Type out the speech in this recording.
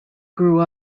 grew